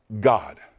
God